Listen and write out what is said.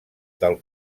del